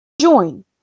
join